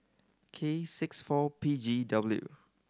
K six four P G W